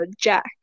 Jack